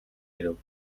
ирэв